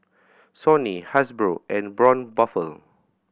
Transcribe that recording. Sony Hasbro and Braun Buffel